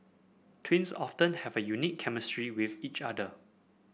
twins often have a unique chemistry with each other